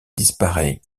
disparaît